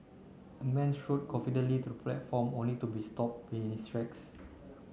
a man strode confidently to the platform only to be stop in his tracks